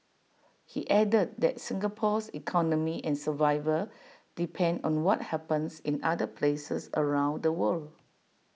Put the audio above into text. he added that Singapore's economy and survival depend on what happens in other places around the world